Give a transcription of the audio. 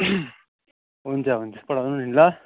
हुन्छ हुन्छ पठाउनु नि ल